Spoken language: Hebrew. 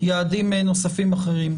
יעדים נוספים אחרים.